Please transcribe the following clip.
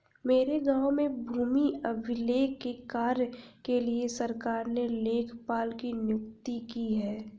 मेरे गांव में भूमि अभिलेख के कार्य के लिए सरकार ने लेखपाल की नियुक्ति की है